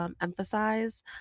Emphasize